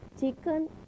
chicken